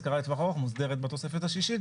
השכרה לטווח ארוך מוגדרת בתוספת השישית.